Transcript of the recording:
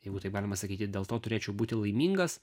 jeigu taip galima sakyti dėl to turėčiau būti laimingas